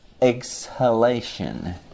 exhalation